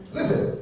Listen